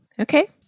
Okay